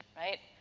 right?